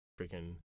freaking